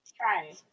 try